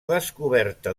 descoberta